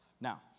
Now